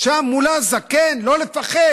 שם, מול עזה; כן, לא לפחד.